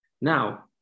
Now